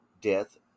death